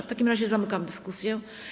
W takim razie zamykam dyskusję.